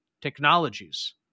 technologies